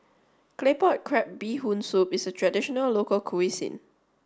Claypot Crab Bee Hoon Soup is a traditional local cuisine